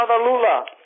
Lula